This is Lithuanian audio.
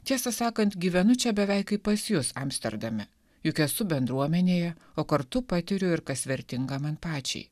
tiesą sakant gyvenu čia beveik kaip pas jus amsterdame juk esu bendruomenėje o kartu patiriu ir kas vertinga man pačiai